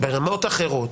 ברמות אחרות.